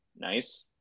Nice